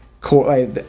cool